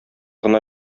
гына